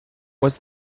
was